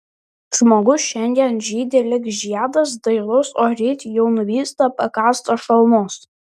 žmogus šiandien žydi lyg žiedas dailus o ryt jau nuvysta pakąstas šalnos